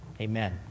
Amen